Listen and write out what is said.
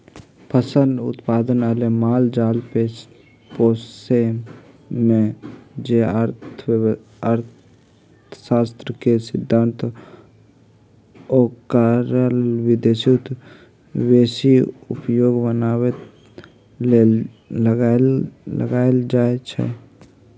फसल उत्पादन आ माल जाल पोशेमे जे अर्थशास्त्र के सिद्धांत ओकरा बेशी उपयोगी बनाबे लेल लगाएल जाइ छइ